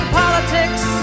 politics